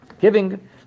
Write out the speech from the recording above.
giving